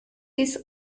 his